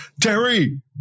Terry